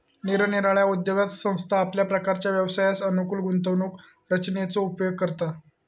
निरनिराळ्या उद्योगात संस्था आपल्या प्रकारच्या व्यवसायास अनुकूल गुंतवणूक रचनेचो उपयोग करता